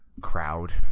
crowd